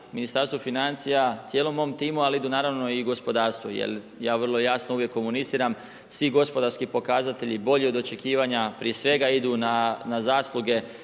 Ministarstvu financija, cijelom mom timu ali idu naravno i gospodarstvu jer ja vrlo jasno uvijek komuniciram, svi gospodarski pokazatelji bolji od očekivanja, prije svega idu na zasluge